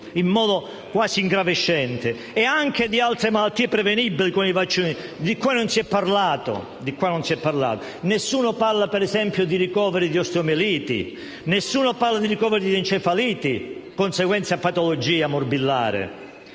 in modo quasi ingravescente e anche di altre malattie prevenibili con i vaccini, di cui non si è parlato. Nessuno parla, ad esempio, di ricoveri di osteomieliti o di encefaliti conseguenti a patologia morbillare.